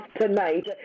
tonight